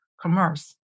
commerce